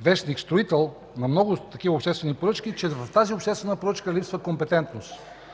вестник „Строител” на много такива обществени поръчки, че в тази обществена поръчка липсва компетентност.